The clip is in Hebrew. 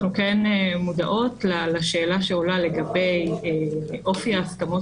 אנחנו כן מודעות לשאלה שעולה לגבי אופי ההסכמות